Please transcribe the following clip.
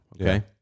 Okay